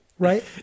Right